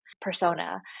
persona